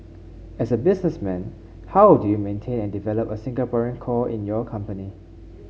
as a businessman how do you maintain and develop a Singaporean core in your company